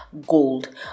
gold